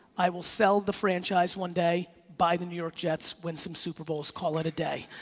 i will sell the franchise one day, buy the new york jets, win some super bowls, call it a day.